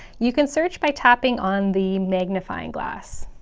you can search by tapping on the magnifying glass.